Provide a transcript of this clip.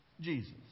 Jesus